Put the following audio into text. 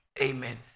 Amen